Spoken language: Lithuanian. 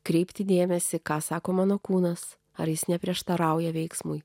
kreipti dėmesį ką sako mano kūnas ar jis neprieštarauja veiksmui